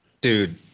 Dude